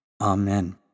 Amen